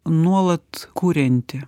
nuolat kuriantį